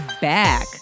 back